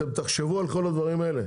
אתם תחשבו על כל הדברים האלה.